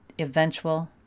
eventual